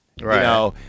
Right